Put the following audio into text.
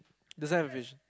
doesn't have a vision